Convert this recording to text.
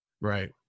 Right